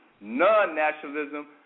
non-nationalism